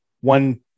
one